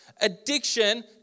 addiction